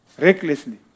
recklessly